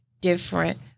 different